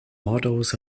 models